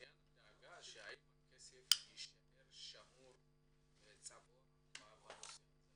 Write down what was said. הדאגה שאם הכסף יישאר שמור וצבוע, בנושא הזה.